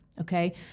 Okay